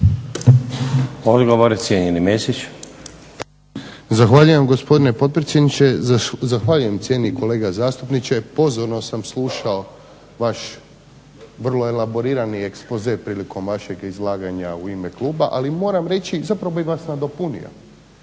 Odgovor cijenjeni Mesić.